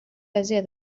aiziet